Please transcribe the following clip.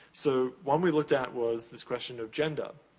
so, one we looked at was this question of gender.